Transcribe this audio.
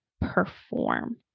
perform